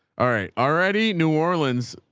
alright. alrighty. new orleans.